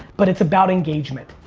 but it's about engagement.